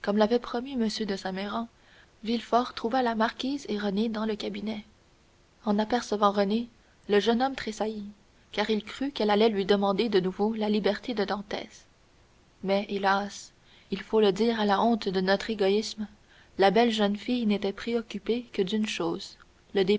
promis m de saint méran villefort trouva la marquise et renée dans le cabinet en apercevant renée le jeune homme tressaillit car il crut qu'elle allait lui demander de nouveau la liberté de dantès mais hélas il faut le dire à la honte de notre égoïsme la belle jeune fille n'était préoccupée que d'une chose